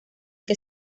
que